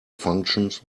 functions